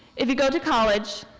if you go to college,